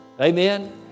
Amen